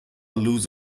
lose